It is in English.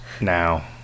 now